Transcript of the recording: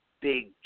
big